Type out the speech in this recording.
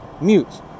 mute